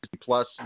Plus